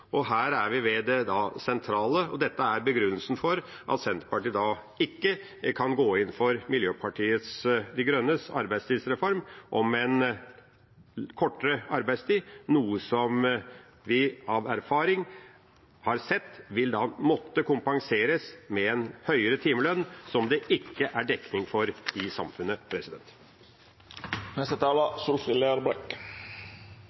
og her er vi ved det sentrale, og dette er begrunnelsen for at Senterpartiet ikke kan gå inn for Miljøpartiet De Grønnes arbeidstidsreform om en kortere arbeidstid, noe som vi av erfaring har sett vil måtte kompenseres med en høyere timelønn, som det ikke er dekning for i samfunnet.